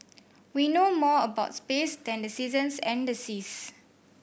we know more about space than the seasons and the seas